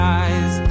eyes